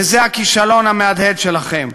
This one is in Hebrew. וזה הכישלון המהדהד שלכם.